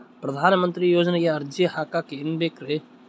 ಪ್ರಧಾನಮಂತ್ರಿ ಯೋಜನೆಗೆ ಅರ್ಜಿ ಹಾಕಕ್ ಏನೇನ್ ಬೇಕ್ರಿ?